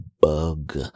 bug